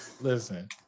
listen